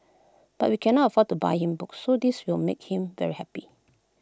but we cannot afford to buy him books so this will make him very happy